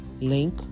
link